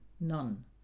none